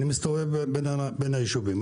אני מסתובב בין היישובים,